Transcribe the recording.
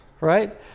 right